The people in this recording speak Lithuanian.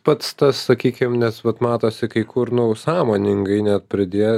pats tas sakykim nes vat matosi kai kur nu sąmoningai net pridėt